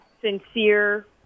sincere